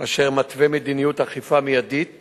אשר מתווה מדיניות אכיפה מיידית